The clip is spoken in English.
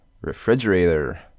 refrigerator